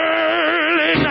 early